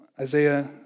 Isaiah